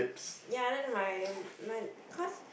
ya then my my cause